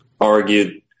Argued